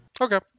Okay